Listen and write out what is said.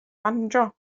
banjo